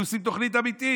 הם היו עושים תוכנית אמיתית.